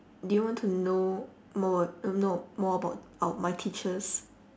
do you want to know more a~ um know more about our my teachers